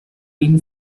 been